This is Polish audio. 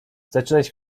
zaczynać